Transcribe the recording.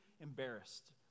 embarrassed